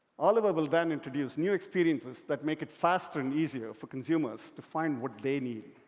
oliver will then introduce new experiences that make it faster and easier for consumers to find what they need.